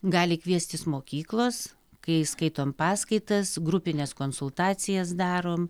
gali kviestis mokyklos kai skaitom paskaitas grupines konsultacijas darom